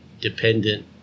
dependent